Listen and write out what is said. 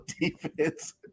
defense